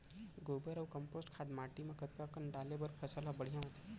गोबर अऊ कम्पोस्ट खाद माटी म कतका कन डाले बर फसल ह बढ़िया होथे?